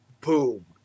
boom